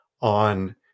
on